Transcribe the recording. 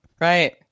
Right